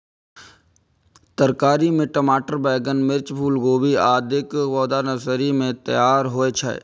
तरकारी मे टमाटर, बैंगन, मिर्च, फूलगोभी, आदिक पौधा नर्सरी मे तैयार होइ छै